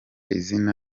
izina